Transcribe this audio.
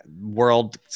world